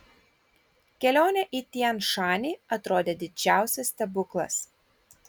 kelionė į tian šanį atrodė didžiausias stebuklas